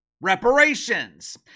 reparations